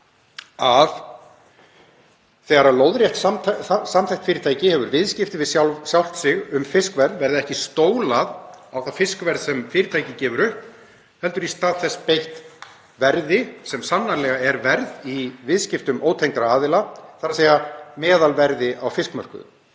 að þegar lóðrétt samþætt fyrirtæki hefur viðskipti við sjálft sig um fiskverð verði ekki stólað á það fiskverð sem fyrirtækið gefur upp heldur í stað þess beitt verði sem sannarlega er verð í viðskiptum ótengdra aðila, þ.e.a.s. meðalverði á fiskmörkuðum.